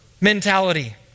mentality